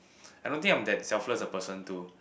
I don't think I'm that selfless a person to